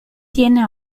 tiene